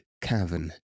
Cavern